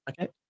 Okay